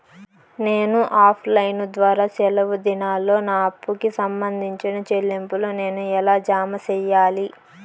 నేను offline ద్వారా సెలవు దినాల్లో నా అప్పుకి సంబంధించిన చెల్లింపులు నేను ఎలా జామ సెయ్యాలి?